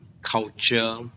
culture